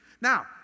Now